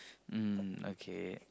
mm okay